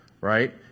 right